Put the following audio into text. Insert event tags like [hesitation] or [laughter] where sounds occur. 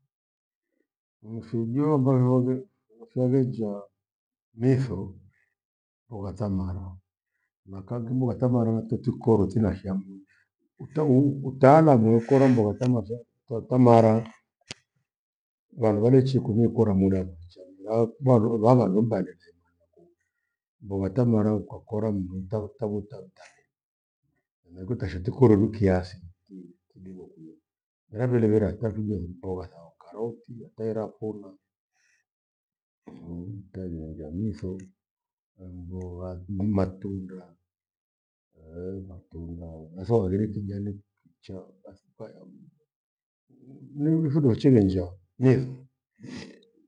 Ni fijo ambavyo waghe- wafyaghenja mitho, mbogha ta marwa. Makangi mbogha ta mara watetikorwe tinashia mnu. Utabuu- kutalaamu we kora mbogha tamachari- ta mara, vandu phaleichi kuvi ikora muda mwacha. Meralu mwaluphaha vava nimpande menyu naku. Mbogha tamara nkakora mndu ntanta- ntanta vuta vuta ntahe henakuta shati kururu kiathi ki- kidighe kwiya. Mira vile nigwirwa hata vighwenu mbogha zao karoti hata hira kuna [hesitation] tairongia mithili. Mbogha ni matundaa [hesitation] matunda henatho haghire kijani kichaa pas- payamu mmh! neili findo cheghenja nyetho.